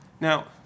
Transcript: Now